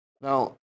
Now